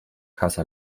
casa